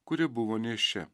kuri buvo nėščia